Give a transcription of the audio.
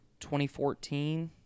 2014